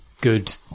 good